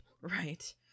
Right